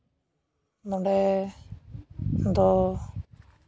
ᱱᱚᱸᱰᱮ ᱫᱚ